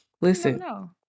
Listen